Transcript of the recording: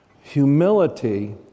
Humility